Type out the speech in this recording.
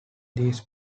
these